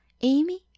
Amy